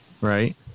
right